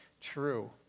true